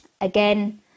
again